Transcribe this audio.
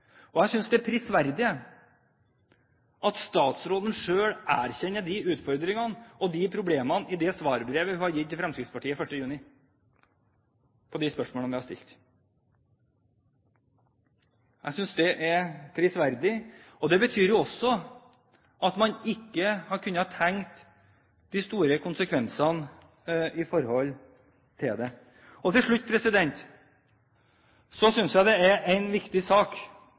gjennomført. Jeg synes det er prisverdig at statsråden i brev til Fremskrittspartiet 7. juni, som svar på de spørsmålene vi stilte, erkjenner disse utfordringene og disse problemene. Det betyr også at man ikke har kunnet tenke seg de store konsekvensene av dette. Til slutt: Jeg synes det er en viktig sak